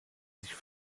sich